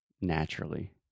naturally